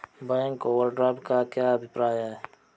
Bank overdraft का क्या अभिप्राय है?